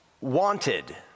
Wanted